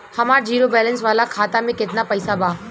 हमार zero balance वाला खाता में केतना पईसा बा?